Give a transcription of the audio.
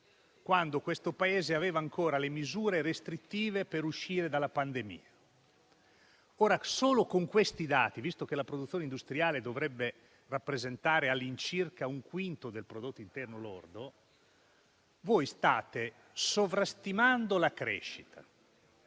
quando questo Paese aveva ancora le misure restrittive per uscire dalla pandemia. Ora, solo con questi dati, visto che la produzione industriale dovrebbe rappresentare all'incirca un quinto del prodotto interno lordo, voi state sovrastimando la crescita.